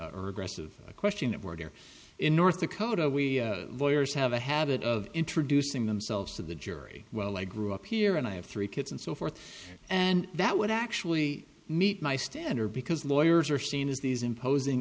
or aggressive question that we're here in north dakota we i have a habit of introducing themselves to the jury well i grew up here and i have three kids and so forth and that would actually meet my standard because lawyers are seen as these imposing